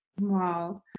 Wow